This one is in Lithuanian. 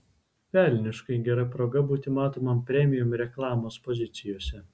velniškai gera proga būti matomam premium reklamos pozicijose